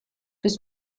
was